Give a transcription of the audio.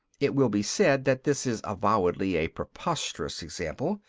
it will be said that this is avowedly a preposterous example.